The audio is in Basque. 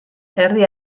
erdi